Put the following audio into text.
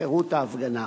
"חירות ההפגנה".